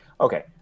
okay